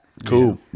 cool